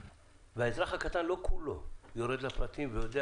והאזרח הקטן לא תמיד יורד לפרטים ויודע